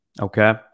Okay